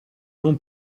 non